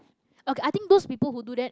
okay I think those people who do that